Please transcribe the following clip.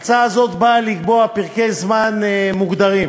ההצעה הזו באה לקבוע פרקי זמן מוגדרים,